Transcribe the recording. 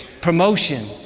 promotion